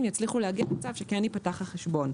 יצליחו להגיע למצב שכן ייפתח החשבון.